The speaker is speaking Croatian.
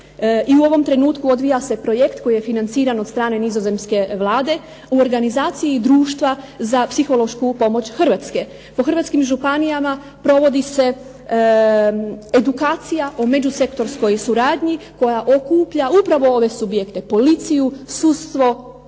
i u ovom trenutku odvija se projekt koji je financiran od strane Nizozemske vlade u organizaciji društva za psihološku pomoć Hrvatske. Po Hrvatskim županijama provodi se edukacija o međusektorskoj suradnji koja okuplja upravo ove subjekte policiju, sudstvo,